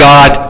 God